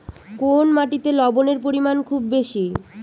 কোন মাটিতে লবণের পরিমাণ খুব বেশি?